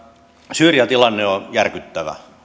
syyrian tilanne on on järkyttävä